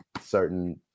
certain